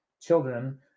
children